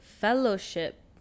fellowship